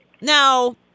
Now